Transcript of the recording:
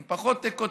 הם פחות כותרתיים,